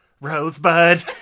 Rosebud